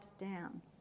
down